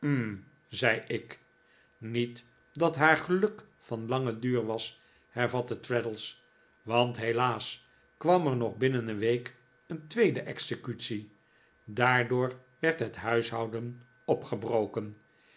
zei ik niet dat haar geluk van langen duur was hervatte traddles want helaas kwam er nog binnen een week een tweede executie daardoor werd het huishouden opgebroken